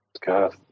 God